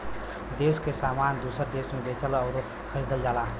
देस के सामान दूसर देस मे बेचल अउर खरीदल जाला